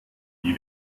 die